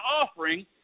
offering